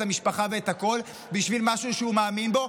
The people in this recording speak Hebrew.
המשפחה ואת הכול בשביל משהו שהוא מאמין בו.